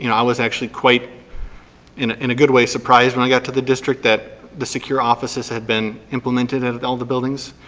you know i was actually quite in in a good way surprised when i got to the district that the secure offices had been implemented at and all the buildings.